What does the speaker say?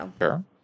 Sure